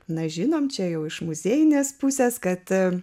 nežinome čia jau iš muziejinės pusės kad